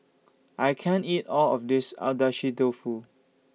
I can't eat All of This Agedashi Dofu